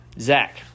Zach